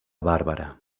bàrbara